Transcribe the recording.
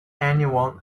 anyone